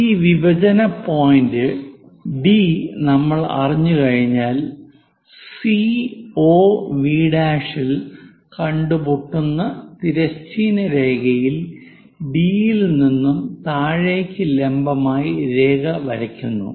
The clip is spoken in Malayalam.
ഈ വിഭജന പോയിന്റ് D നമ്മൾ അറിഞ്ഞുകഴിഞ്ഞാൽ COV' ൽ കണ്ടുമുട്ടുന്ന തിരശ്ചീന രേഖയിലേക്ക് D ൽ നിന്നും താഴേക്ക് ലംബമായി രേഖ വരയ്ക്കുന്നു